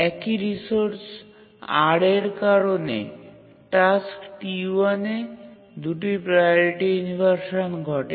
একই resource R এর কারণে টাস্ক T1 এ ২ টি প্রাওরিটি ইনভারসান ঘটে